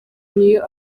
niyo